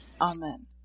Amen